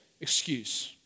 excuse